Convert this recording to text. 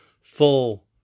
full